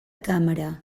càmera